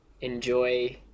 enjoy